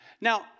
Now